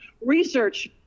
research